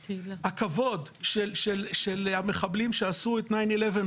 הכבוד של המחבלים שעשו את ה-9 בנובמבר